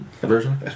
version